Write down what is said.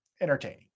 entertaining